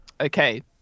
Okay